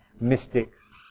mystics